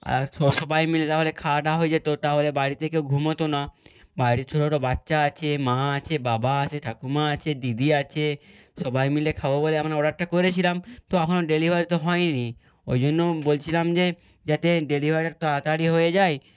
আর সবাই মিলে তাহলে খাওয়াটা হয়ে যেত তাহলে বাড়িতে কেউ ঘুমতো না বাড়ির ছোটো ছোটো বাচ্চা আছে মা আছে বাবা আছে ঠাকুমা আছে দিদি আছে সবাই মিলে খাবো বলে আমরা অর্ডারটা করেছিলাম তো এখনও ডেলিভারি তো হয় নি ওই জন্য বলছিলাম যে যাতে ডেলিভারিটা তাড়াতাড়ি হয়ে যায়